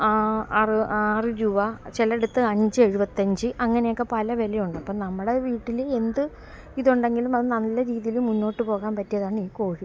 ആറ് ആറ് രൂപ ചിലയിടത്ത് അഞ്ച് എഴുപത്തഞ്ച് അങ്ങനെയൊക്കെ പല വിലയുണ്ടപ്പം നമ്മുടെ വീട്ടിൽ എന്ത് ഇതുണ്ടെങ്കിലും അതു നല്ല രീതിയിൽ മുന്നോട്ടു പോകാന് പറ്റിയതാണീ കോഴി